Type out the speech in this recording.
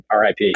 RIP